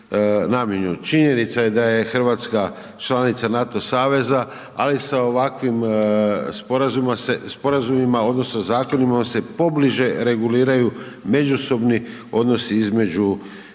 Činjenica je da je RH članica NATO saveza, ali sa ovakvim sporazumima odnosno zakonima se pobliže reguliraju međusobni odnosi između